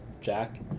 Jack